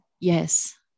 yes